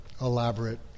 elaborate